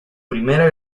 primera